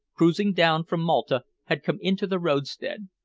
cruising down from malta, had come into the roadstead,